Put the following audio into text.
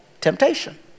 temptation